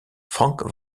frank